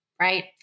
Right